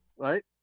Right